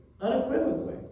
unequivocally